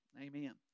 Amen